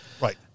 Right